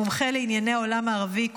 מומחה לענייני העולם הערבי,